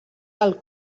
del